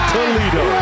Toledo